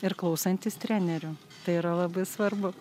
ir klausantis trenerių tai yra labai svarbu